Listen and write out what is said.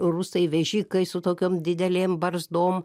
rusai vežikai su tokiom didelėm barzdom